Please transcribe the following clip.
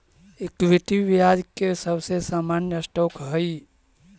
equity ब्याज के सबसे सामान्य स्टॉक हई